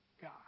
God